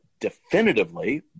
definitively